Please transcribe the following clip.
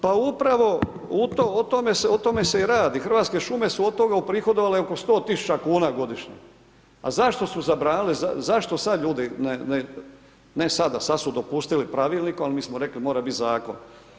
Pa upravo o tome se i radi, Hrvatske šume su od toga uprihodovale oko 100.000 kuna godišnje, a zašto su zabranile, zašto sad ljudi ne, ne sada, sad su dopustili pravilnikom, ali mi smo rekli mora biti zakon.